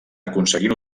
aconseguir